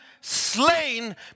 slain